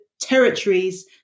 territories